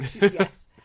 Yes